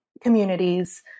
communities